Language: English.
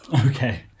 Okay